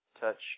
touch